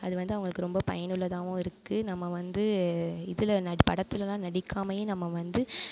அது வந்து அவங்களுக்கு ரொம்ப பயனுள்ளதாகவும் இருக்கு நம்ம வந்து இதில் படத்துலலாம் நடிக்காமயே நம்ம வந்து